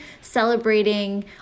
celebrating